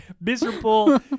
miserable